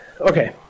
Okay